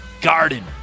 Garden